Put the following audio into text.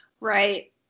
Right